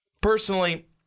Personally